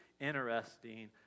interesting